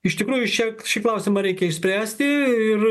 iš tikrųjų šie šį klausimą reikia išspręsti ir